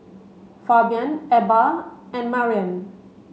Fabian Ebba and Marian